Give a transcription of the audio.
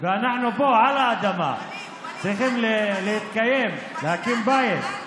ואנחנו פה, על האדמה, צריכים להתקיים, להקים בית.